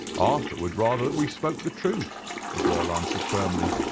arthur would rather that we spoke the truth the girl answered firmly.